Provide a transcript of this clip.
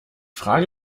frage